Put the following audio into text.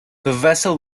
vessel